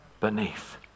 beneath